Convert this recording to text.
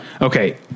Okay